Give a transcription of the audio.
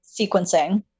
sequencing